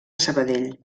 sabadell